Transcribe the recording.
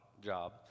job